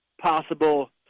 possible